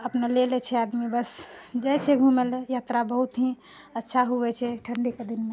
अपना ले लए छै आदमी बस जाइ छै घुमए लऽ यात्रा बहुत ही अच्छा हुए छै ठण्डीके दिनमे